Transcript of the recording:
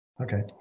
Okay